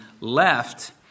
left